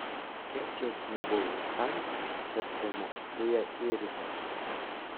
kiek džiaugsmo buvo vaikams kad štai mokykloje ėriukas